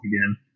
again